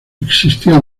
existía